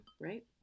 right